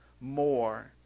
more